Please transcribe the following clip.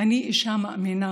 אני אישה מאמינה